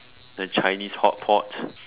the chinese hot pot